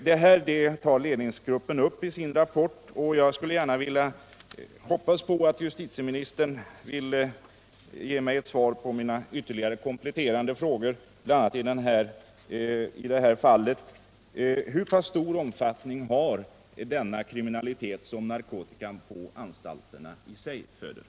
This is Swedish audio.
Dewua förhållande tar ledningsgruppen upp i sin rapport, och jag skulle önska att justitiministern ville ge svar på en kompletterande fråga: Hur stor omfattning har den kriminalitet som narkotikan i sig föder på anstalterna?